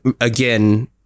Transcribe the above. again